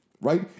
right